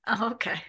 Okay